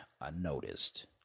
unnoticed